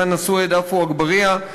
חנא סוייד ועפו אגבאריה,